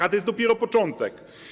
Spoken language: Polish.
A to jest dopiero początek.